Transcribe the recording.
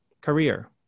career